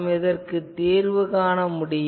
இதற்கு நாம் தீர்வு காண முடியும்